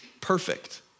perfect